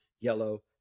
yellow